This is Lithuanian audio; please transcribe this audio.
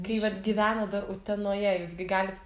kai vat gyvenat dar utenoje jūs gi galit